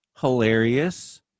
hilarious